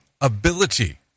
ability